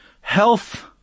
health